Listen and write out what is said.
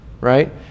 right